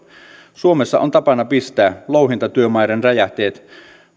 suomessa on tapana pistää louhintatyömaiden räjähteet